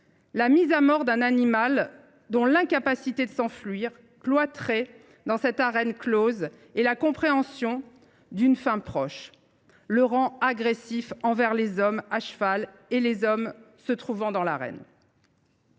la mise à mort d’un animal, dont l’incapacité de s’enfuir, cloîtré dans cette arène close, et la compréhension d’une fin proche le rendent agressif envers les hommes à cheval et ceux qui se trouvent dans l’arène.